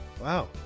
Wow